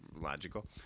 logical